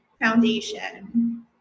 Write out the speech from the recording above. foundation